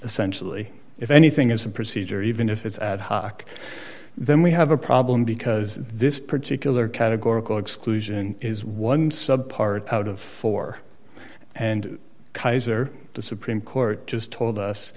essentially if anything is a procedure even if it's ad hoc then we have a problem because this particular categorical exclusion is one sub part out of four and kaiser the supreme court just told us